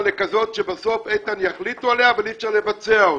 לכזו שבסוף יחליטו עליה אבל אי-אפשר יהיה לבצעה.